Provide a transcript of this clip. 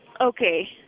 okay